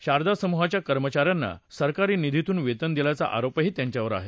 शारदा समूहाच्या कर्मचाऱ्यांना सरकारी निधीतून वेतन दिल्याचा आरोपही त्यांच्यावर आहे